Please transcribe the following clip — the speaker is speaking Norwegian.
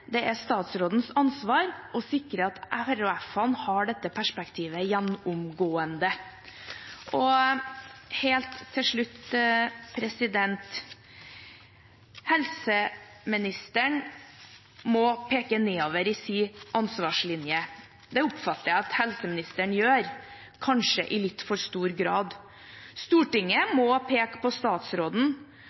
det er statsrådens ansvar å sikre at RHF-ene gjennomgående har dette perspektivet. Og helt til slutt: Helseministeren må peke nedover i sin ansvarslinje. Det oppfatter jeg at helseministeren gjør – kanskje i litt for stor grad. Stortinget må peke på statsråden,